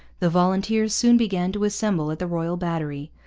the volunteers soon began to assemble at the royal battery.